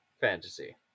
fantasy